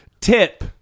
Tip